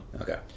Okay